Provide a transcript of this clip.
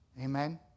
amen